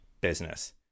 business